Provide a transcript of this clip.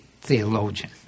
theologian